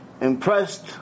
impressed